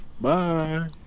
Bye